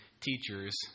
teachers